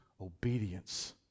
obedience